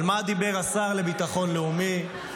על מה דיבר השר לביטחון לאומי.